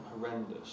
horrendous